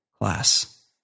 class